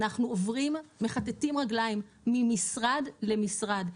אנחנו עוברים, מכתתים רגליים ממשרד למשרד.